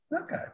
Okay